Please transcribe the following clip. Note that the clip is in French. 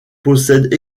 possèdent